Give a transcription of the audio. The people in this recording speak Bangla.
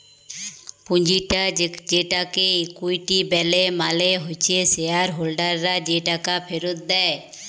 পুঁজিটা যেটাকে ইকুইটি ব্যলে মালে হচ্যে শেয়ার হোল্ডাররা যে টাকা ফেরত দেয়